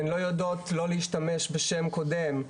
הן לא יודעות לא להשתמש בשם קודם,